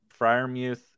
Friarmuth